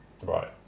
Right